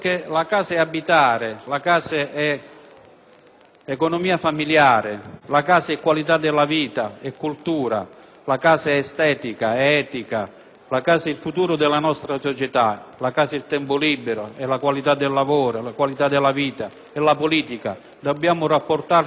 economia familiare, la casa è qualità della vita, è cultura, la casa è estetica, è etica; la casa è il futuro della nostra società, la casa è il tempo libero, è la qualità del lavoro, è la qualità della vita, è la politica. Dobbiamo rapportarci a tutto questo per costruire un'Italia migliore.